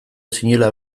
zinela